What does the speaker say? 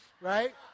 right